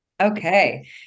Okay